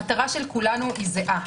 המטרה של כולנו פה זהה.